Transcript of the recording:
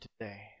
today